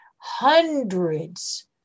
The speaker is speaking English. hundreds